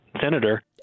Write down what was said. Senator